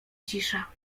cisza